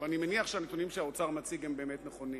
ואני מניח שהנתונים שהאוצר מציג הם באמת נכונים,